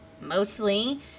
mostly